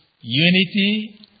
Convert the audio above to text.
unity